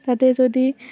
তাতে যদি